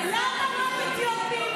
לבוא ולנסות למה רק אתיופים?